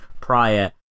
prior